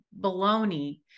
baloney